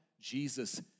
Jesus